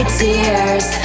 tears